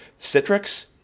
Citrix